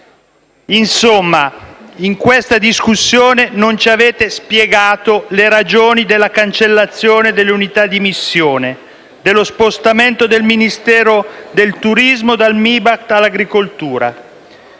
Insomma, in questa discussione non ci avete spiegato le ragioni della cancellazione delle unità di missione, dello spostamento del Ministero del turismo dal Ministero